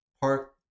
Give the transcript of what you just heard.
park